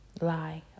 lie